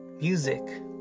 music